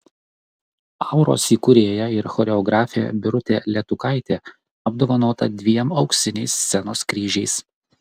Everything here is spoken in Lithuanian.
auros įkūrėja ir choreografė birutė letukaitė apdovanota dviem auksiniais scenos kryžiais